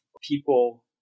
people